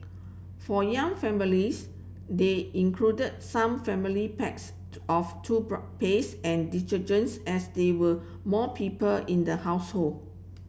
for young families they included some family packs to of paste and detergent as there were more people in the household